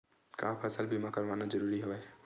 का फसल बीमा करवाना ज़रूरी हवय?